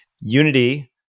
Unity